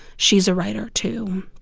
she's a writer, too.